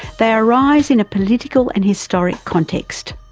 they arise in a political and historic context.